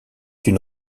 une